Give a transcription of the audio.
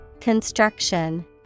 Construction